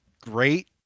great